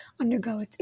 undergo